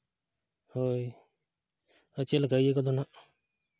ᱦᱳᱭ ᱟᱨ ᱪᱮᱫ ᱞᱮᱠᱟ ᱤᱭᱟᱹ ᱠᱚᱫᱚ ᱦᱟᱸᱜ